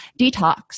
detox